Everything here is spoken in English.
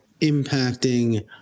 impacting